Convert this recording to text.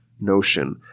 notion